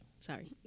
Sorry